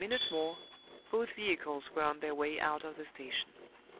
in a minute more both vehicles were on their way out of the station.